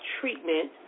treatment